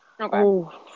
Okay